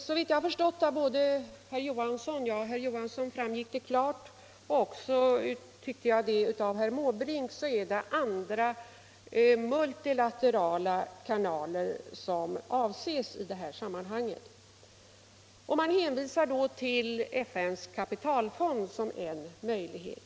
Av herr Johanssons anförande framgick klart — och jag tyckte att också herr Måbrink var av den meningen — att vad som i det sammanhanget avsågs var multilaterala kanaler. Man hänvisar till FN:s kapitalfond som en möjlighet.